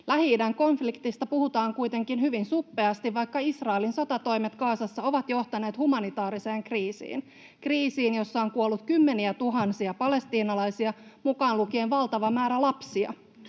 Lähi-idän konfliktista puhutaan kuitenkin hyvin suppeasti, vaikka Israelin sotatoimet Gazassa ovat johtaneet humanitaariseen kriisiin — kriisiin, jossa on kuollut kymmeniätuhansia palestiinalaisia, mukaan lukien valtava määrä lapsia.